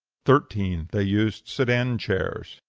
thirteen. they used sedan-chairs.